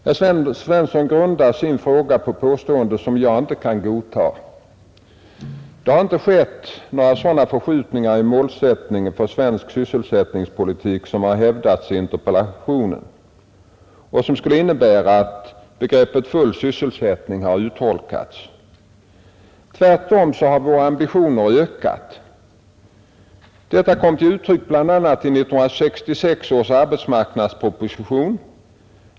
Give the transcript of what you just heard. Herr Svensson grundar sin fråga på påståenden, som jag inte kan godtaga. Det har inte skett några sådana förskjutningar i målsättningen för svensk sysselsättningspolitik som det hävdas i interpellationen och som skulle innebära att begreppet full sysselsättning har urholkats. Tvärtom har våra ambitioner ökat. Detta kom till uttryck bl.a. i 1966 års arbetsmarknadsproposition.